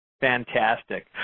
Fantastic